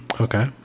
Okay